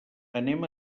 anem